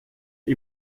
wie